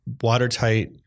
watertight